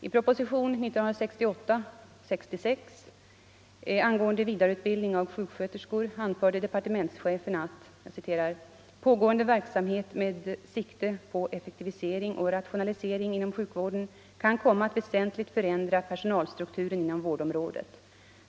I proposition 1968:66 angående vidareutbildning av sjuksköterskor anförde departementschefen att ”pågående verksamhet med sikte på effektivisering och rationalisering inom sjukvården kan komma att väsentligt förändra personalstrukturen inom vårdområdet.